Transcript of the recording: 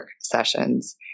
sessions